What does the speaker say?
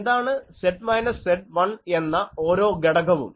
എന്താണ് Z minus Z1 എന്ന ഓരോ ഘടകവും